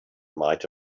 might